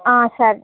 సరే